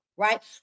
Right